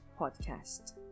podcast